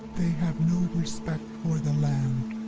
they have no respect for the land.